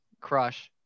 crush